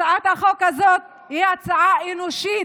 הצעת החוק הזאת היא הצעה אנושית,